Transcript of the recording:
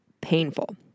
painful